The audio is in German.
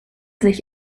sich